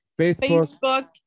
Facebook